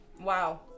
wow